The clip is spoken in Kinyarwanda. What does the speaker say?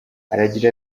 aragira